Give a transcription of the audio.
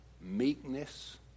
meekness